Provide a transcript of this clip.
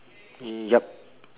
yup